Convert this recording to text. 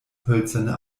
hölzerne